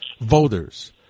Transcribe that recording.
voters